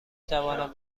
توانم